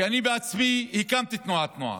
כי אני בעצמי הקמתי תנועת נוער,